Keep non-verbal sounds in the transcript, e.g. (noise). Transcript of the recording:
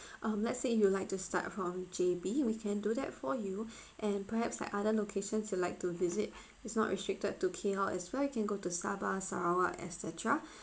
um let's say if you'd like to start from J_B we can do that for you (breath) and perhaps like other locations you'd like to visit (breath) it's not restricted to K_L as well you can go to sabah sarawak et cetera (breath)